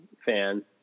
fan